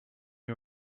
you